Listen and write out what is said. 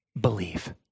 believe